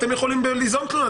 אתם יכולים ליזום תלונה.